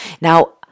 Now